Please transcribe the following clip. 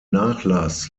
nachlass